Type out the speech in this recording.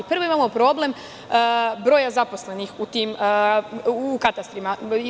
Prvo je problem broja zaposlenih u katastrima.